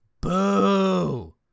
Boo